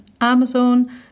Amazon